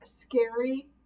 scary